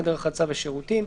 חדר רחצה ושירותים,